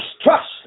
trust